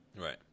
Right